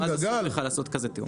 אז אסור לך לעשות כזה תיאום.